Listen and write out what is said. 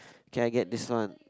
can I get this one